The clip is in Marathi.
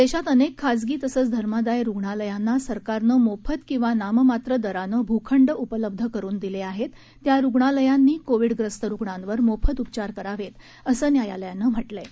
देशात अनेक खासगी तसंच धर्मदाय रुग्णालयांना सरकारने मोफत किंवा नाममात्र दराने भूखंड उपलब्ध करून दिलेले आहेत त्या रुग्णालयांनी कोविडग्रस्त रुग्णांवर मोफत उपचार करावेत असं न्यायालयानं म्हटलं आहे